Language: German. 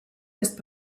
ist